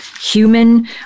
human